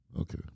Okay